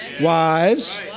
Wives